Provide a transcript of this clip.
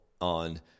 on